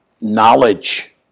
knowledge